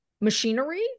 machinery